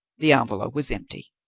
the envelope was empty.